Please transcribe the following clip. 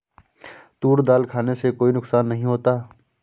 तूर दाल खाने से कोई नुकसान नहीं होता